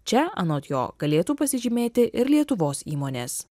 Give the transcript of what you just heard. čia anot jo galėtų pasižymėti ir lietuvos įmonės